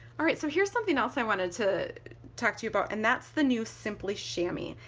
alright so here's something else i wanted to talk to you about and that's the new simply shammy.